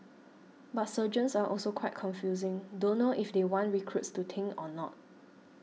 but sergeants are also quite confusing don't know if they want recruits to think or not